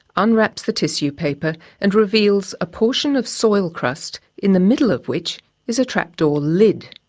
unwraps the tissue paper and reveals a portion of soil crust, in the middle of which is a trapdoor lid.